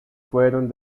fueron